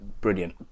brilliant